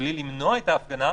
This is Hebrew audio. מבלי למנוע את ההפגנה,